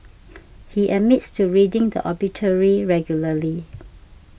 he admits to reading the obituary regularly